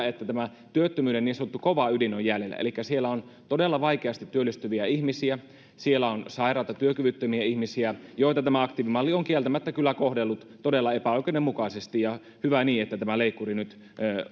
että jäljellä on työttömyyden niin sanottu kova ydin elikkä siellä on todella vaikeasti työllistyviä ihmisiä siellä on sairaita työkyvyttömiä ihmisiä joita tämä aktiivimalli on kieltämättä kyllä kohdellut todella epäoikeudenmukaisesti hyvä niin että tämä leikkuri nyt